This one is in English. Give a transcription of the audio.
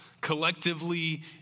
collectively